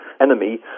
enemy